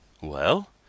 Well